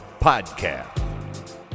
Podcast